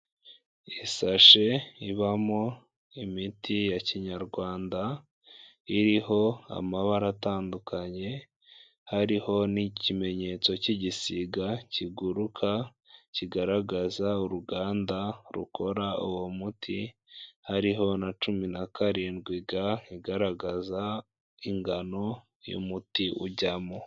Isashe ibamo imiti ya kinyarwanda, iriho amabara atandukanye, hariho n'ikimenyetso cy'igisiga kiguruka, kigaragaza uruganda rukora uwo muti, hariho na cumi na karindwi g igaragaza ingano y'umuti ujyamo.